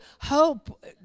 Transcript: hope